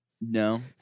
No